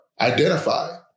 identify